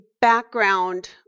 background